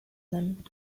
them